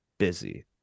busy